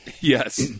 yes